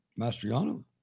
Mastriano